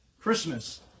Christmas